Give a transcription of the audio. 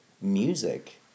music